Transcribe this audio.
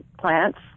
plants